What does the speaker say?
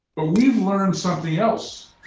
but we've learned something else,